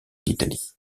d’italie